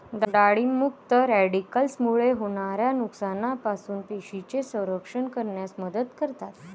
डाळिंब मुक्त रॅडिकल्समुळे होणाऱ्या नुकसानापासून पेशींचे संरक्षण करण्यास मदत करतात